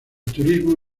turismo